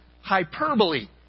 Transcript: hyperbole